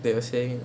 they were saying